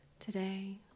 Today